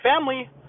family